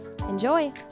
Enjoy